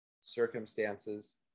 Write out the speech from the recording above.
circumstances